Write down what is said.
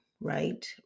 right